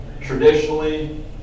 Traditionally